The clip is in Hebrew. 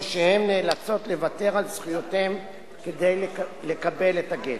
שהן נאלצות לוותר על זכויותיהן כדי לקבל את הגט.